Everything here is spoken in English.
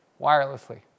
wirelessly